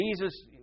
Jesus